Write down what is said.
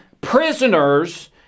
prisoners